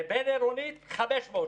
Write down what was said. בבין עירונית 500 שקל.